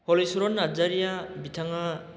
हलिचरन नारजारिया बिथाङा